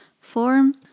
Form